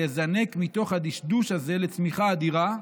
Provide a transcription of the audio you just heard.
לזנק מתוך הדשדוש הזה לצמיחה אדירה,